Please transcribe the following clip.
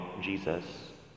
Jesus